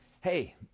hey